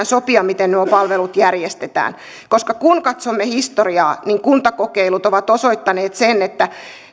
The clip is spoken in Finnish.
sopia miten nuo palvelut järjestetään koska kun katsomme historiaa niin kuntakokeilut ovat osoittaneet sen että